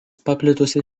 paplitusi